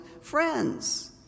friends